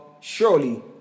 surely